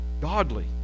godly